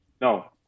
No